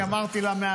אני אמרתי לה מהתחלה.